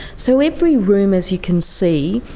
so every room, as you can see,